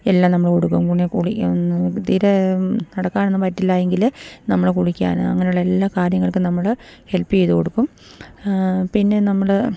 എല്ലാം നമ്മള് കൊടുക്കും തീരെ നടക്കാനൊന്നും പറ്റില്ലെങ്കില് നമ്മള് കുളിക്കാന് അങ്ങനെയുള്ള എല്ലാ കാര്യങ്ങൾക്കും നമ്മള് ഹെൽപ്പ് ചെയ്തുകൊടുക്കും പിന്നെ നമ്മള്